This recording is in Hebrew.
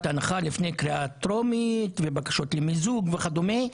הנחה לפני קריאה טרומית ובקשות למיזוג וכדומה,